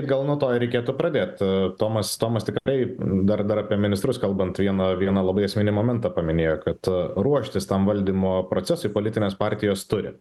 gal nuo to ir reikėtų pradėt tomas tomas tikrai dar dar apie ministrus kalbant vieną vieną labai esminį momentą paminėjo kad ruoštis tam valdymo procesui politinės partijos turi